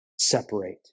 separate